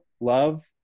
love